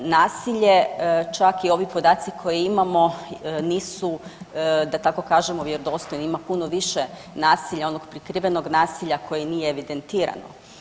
Nasilje, čak i ovi podaci koje imamo nisu da tako kažemo vjerodostojni, ima puno više nasilja, onog prikrivenog nasilja koje nije evidentirano.